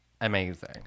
Amazing